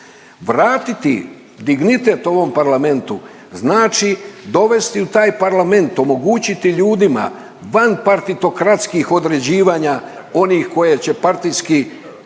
Vratiti dignitet ovom Parlamentu znači dovesti u taj Parlament, omogućiti ljudima van partitokratskih određivanja onih koje će partijski